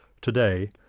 today